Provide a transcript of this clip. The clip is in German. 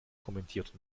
kommentiert